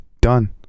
Done